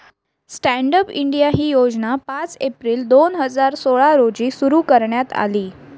stand up India ही योजना पाच एप्रिल दोन हजार सोळा रोजी सुरु करण्यात आली